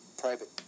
private